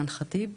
אימאן ח'טיב?